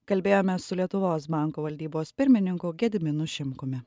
kalbėjome su lietuvos banko valdybos pirmininku gediminu šimkumi